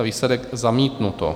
Výsledek: zamítnuto.